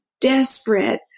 desperate